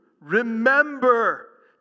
remember